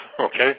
Okay